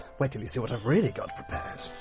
wait till you see what i've really got prepared.